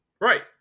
Right